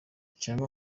cyangwa